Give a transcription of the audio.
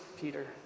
Peter